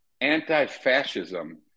anti-fascism